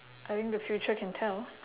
I think the future can tell